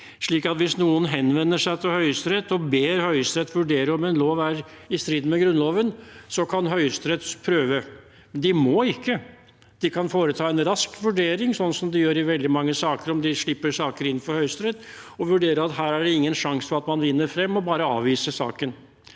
slik at hvis noen henvender seg til Høyesterett og ber Høyesterett vurdere om en lov er i strid med Grunnloven, kan Høyesterett prøve det. De må ikke, de kan foreta en rask vurdering, slik som de gjør i veldig mange saker når det gjelder om de slipper saker inn for Høyesterett, og vurdere det slik at her er det ingen sjanse for at man vinner frem, og bare avvise saken.